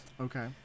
Okay